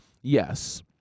yes